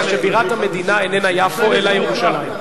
שבירת המדינה איננה יפו אלא ירושלים.